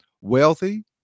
wealthy